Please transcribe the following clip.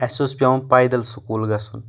اسہِ اوس پٮ۪وان پایٚدل سکوٗل گژھُن